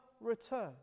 return